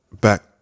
back